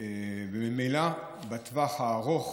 וממילא בטווח הארוך